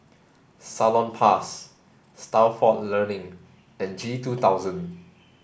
Salonpas Stalford Learning and G two thousand